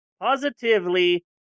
positively